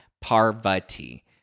Parvati